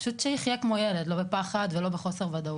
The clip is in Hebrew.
פשוט שיחיה כמו ילד, לא בפחד ולא בחוסר ודאות.